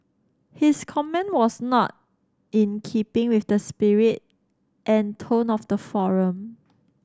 his comment was not in keeping with the spirit and tone of the forum